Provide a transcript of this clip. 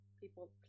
people